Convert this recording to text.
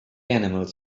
animals